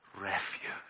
refuge